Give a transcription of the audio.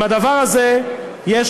עם הדבר הזה יש,